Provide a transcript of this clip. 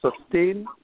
sustain